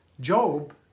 Job